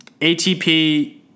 ATP